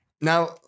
Now